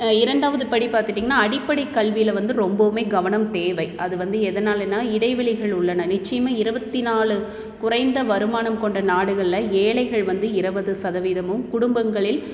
இரண்டாவது படி பார்த்திட்டிங்கனா அடிப்படைக் கல்வியில் வந்து ரொம்பவுமே கவனம் தேவை அது வந்து எதனாலேன்னா இடைவெளிகள் உள்ளன நிச்சயமா இருபத்தி நாலு குறைந்த வருமானம் கொண்ட நாடுகளில் ஏழைகள் வந்து இருபது சதவீதமும் குடும்பங்களில்